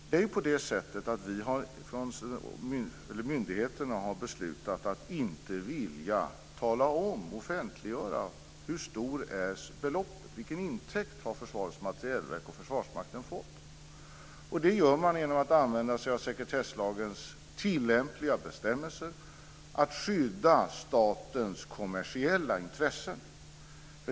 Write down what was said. Det är ju på det sättet att myndigheterna har beslutat att inte offentliggöra hur stort beloppet är, vilken intäkt Försvarets materielverk och Försvarsmakten har fått. Det gör man genom att använda sig av sekretesslagens tillämpliga bestämmelser för att skydda statens kommersiella intressen.